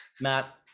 Matt